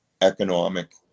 economic